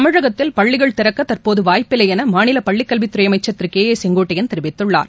தமிழகத்தில் பள்ளிகள் திறக்க தற்போது வாய்ப்பில்லை என மாநில பள்ளிக்கல்வித்துறை அமைச்சர் திரு கே ஏ செங்கோட்டையன் தெரிவித்துள்ளார்